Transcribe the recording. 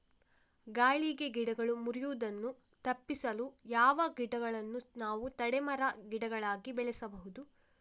ಗಾಳಿಗೆ ಗಿಡಗಳು ಮುರಿಯುದನ್ನು ತಪಿಸಲು ಯಾವ ಗಿಡಗಳನ್ನು ನಾವು ತಡೆ ಮರ, ಗಿಡಗಳಾಗಿ ಬೆಳಸಬಹುದು?